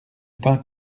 pain